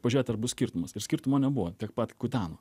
pažiūrėti ar bus skirtumas ir skirtumo nebuvo tiek pat kuteno